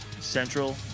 Central